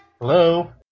Hello